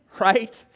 right